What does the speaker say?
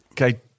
okay